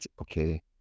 okay